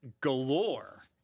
galore